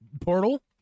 portal